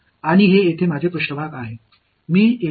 இது இங்கே என் மேற்பரப்பு நான் அதை s என்று எழுதுவேன்